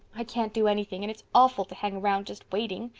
i can't do anything, and it's awful to hang round just waiting,